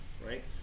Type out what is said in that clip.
right